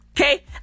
Okay